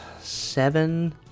seven